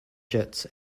jets